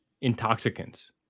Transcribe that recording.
intoxicants